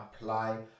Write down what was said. apply